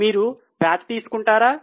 మీరు PAT తీసుకుంటారా